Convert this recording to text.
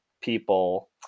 people